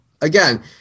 Again